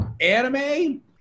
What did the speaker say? Anime